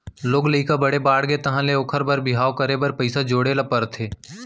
लोग लइका बड़े बाड़गे तहाँ ले ओखर बर बिहाव करे बर पइसा जोड़े ल परथे